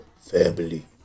family